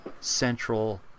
central